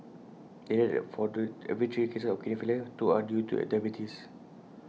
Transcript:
IT added that for every three cases of kidney failure two are due to diabetes